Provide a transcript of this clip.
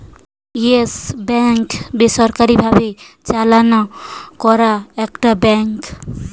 yes Bank বেসরকারি ভাবে চালনা করা একটা ব্যাঙ্ক